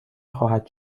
خواهد